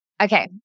Okay